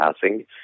passing